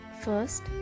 First